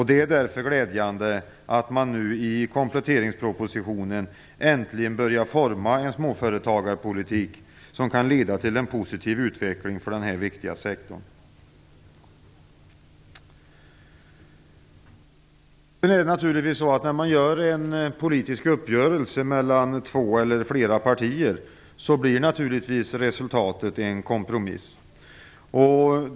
Det är därför glädjande att man nu i kompletteringspropositionen äntligen börjar forma en småföretagarpolitik som kan leda till en positiv utveckling för denna viktiga sektor. När man träffar en politisk uppgörelse mellan två eller flera partier blir naturligtvis resultatet en kompromiss.